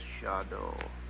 Shadow